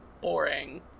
boring